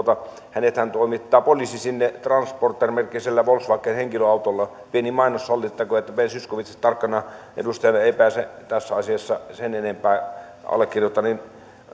hänethän toimittaa poliisi sinne transporter merkkisellä volkswagen henkilöautolla pieni mainos sallittakoon että ben zyskowicz tarkkana edustajana ei ei pääse tässä asiassa sen enempää allekirjoittaneen